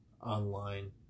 online